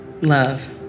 Love